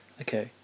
Okay